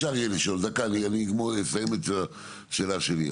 אפשר יהיה לשאול, דקה אני אסיים את השאלה שלי.